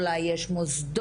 אולי יש מוסדות,